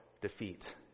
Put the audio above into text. defeat